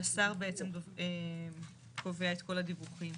שהשר בעצם קובע את כל הדיווחים.